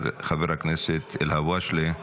חבר הכנסת אלהואשלה.